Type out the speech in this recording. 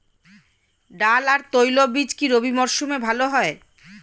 ডাল আর তৈলবীজ কি রবি মরশুমে ভালো হয়?